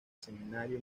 seminario